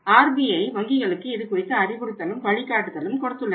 RBI வங்கிகளுக்கு இதுகுறித்து அறிவுறுத்தலும் வழிகாட்டுதலும் கொடுத்துள்ளன